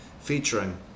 featuring